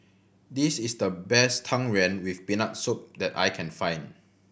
this is the best Tang Yuen with Peanut Soup that I can find